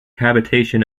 habitation